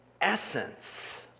essence